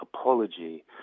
apology